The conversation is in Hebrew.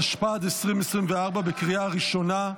התשפ"ד 2024, בקריאה ראשונה.